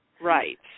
Right